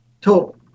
Total